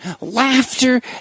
Laughter